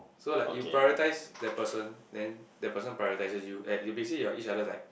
so like you prioritise that person then that person prioritises you and you are basically each other like